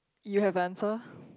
you have the answer